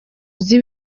uzi